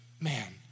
man